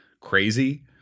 crazy